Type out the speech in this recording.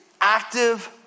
active